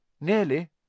Nearly